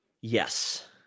Yes